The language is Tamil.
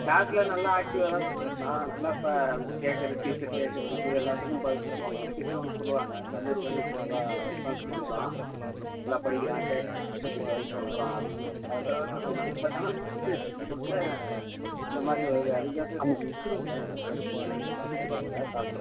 க்ளாஸ்ல நல்லா ஆக்ட்டிவ்வா தான் இருந்தான் நல்லா ப கேக்கறது டீச்சர் கேக்கறதுக்கு எல்லாத்துக்கு பதில் சொல்லுவான் எல்லா டீச்சரும் வந்து சொல்லுவாங்க சந்தோஷ் வந்து சூப்பரா ரெஸ்பான்ஸ் பண்றான் நல்லாப் படிக்கிறான் கேக்குறதுக்கு பதில் சொல்றான் அப்பிடின்னு கரெக்டா தான் சார் சொன்னாங்க பட் ஆனால் இங்கிலிஷ் டெஸ்ட் ரிப்போர்ட்டில இந்த மாதிரி வருது அதுக்கு தான் சார் ஏன் வரல என்னப் பிரச்சனை அது கேட்கறதுக்காக கால்